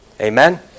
Amen